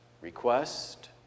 request